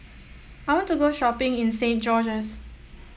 I want to go shopping in Saint George's